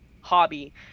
hobby